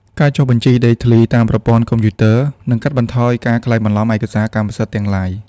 ការចុះបញ្ជីដីធ្លីតាមប្រព័ន្ធកុំព្យូទ័រ នឹងកាត់បន្ថយការក្លែងបន្លំឯកសារកម្មសិទ្ធិទាំងឡាយ។